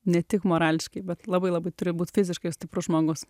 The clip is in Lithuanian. ne tik morališkai bet labai labai turi būti fiziškai stiprus žmogus